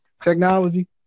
technology